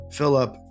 Philip